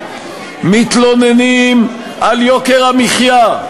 מתלוננים על יוקר המחיה,